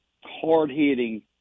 hard-hitting